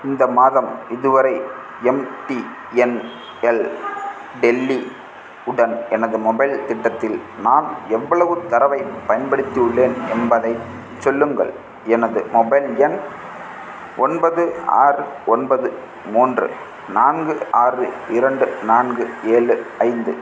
இந்த மாதம் இதுவரை எம்டிஎன் எல் டெல்லி உடன் எனது மொபைல் திட்டத்தில் நான் எவ்வளவு தரவைப் பயன்படுத்தி உள்ளேன் என்பதைச் சொல்லுங்கள் எனது மொபைல் எண் ஒன்பது ஆறு ஒன்பது மூன்று நான்கு ஆறு இரண்டு நான்கு ஏழு ஐந்து